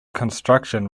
construction